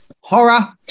horror